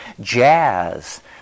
Jazz